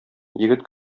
егет